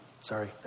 sorry